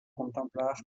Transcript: contemplar